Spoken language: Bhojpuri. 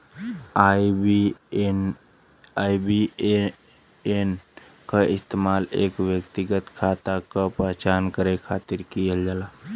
आई.बी.ए.एन क इस्तेमाल एक व्यक्तिगत खाता क पहचान करे खातिर किहल जाला